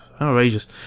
Outrageous